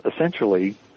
essentially